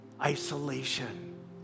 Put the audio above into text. isolation